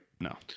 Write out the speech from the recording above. No